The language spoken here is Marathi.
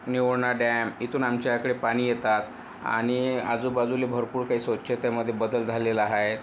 निओणा डॅम इथून आमच्याकडे पाणी येतात आणि आजूबाजूला भरपूर काही स्वच्छतेमध्ये बदल झालेला आहे